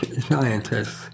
scientists